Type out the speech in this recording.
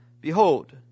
behold